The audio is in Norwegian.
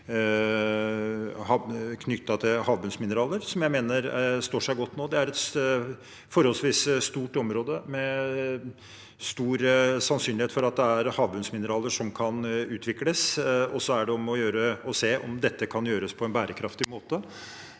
knyttet til havbunnsmineraler, som jeg mener står seg godt nå. Det er et forholdsvis stort område, med stor sannsynlighet for at det er havbunnsmineraler som kan utvikles, og så er det om å gjøre å se om dette kan gjøres på en bærekraftig måte.